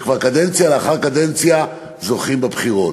שכבר קדנציה אחר קדנציה זוכים בבחירות,